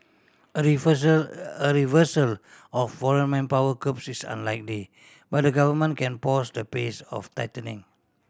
a reversal a reversal of foreign manpower curbs is unlikely but the Government can pause the pace of tightening